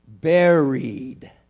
Buried